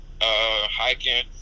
hiking